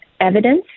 evidence